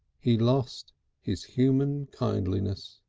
he lost his human kindliness.